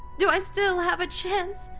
do i still have a chance